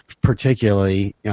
particularly